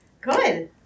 Good